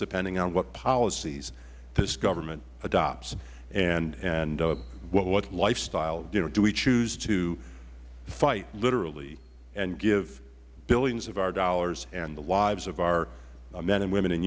depending on what policies this government adopts and what lifestyle you know do we choose to fight literally and give billions of our dollars and the lives of our men and women in